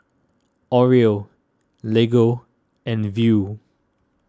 Oreo Lego and Viu